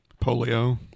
Polio